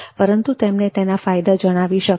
પરંતુ તેમને તેના ફાયદા જણાવી શકાય